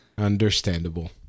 understandable